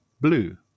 blue